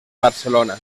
barcelona